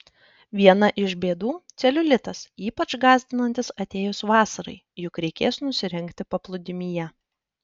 viena iš bėdų celiulitas ypač gąsdinantis atėjus vasarai juk reikės nusirengti paplūdimyje